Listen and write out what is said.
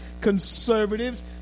conservatives